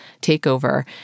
takeover